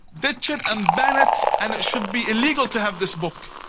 ditch it and ban it and it should be illegal to have this book.